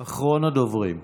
אחרון הדוברים.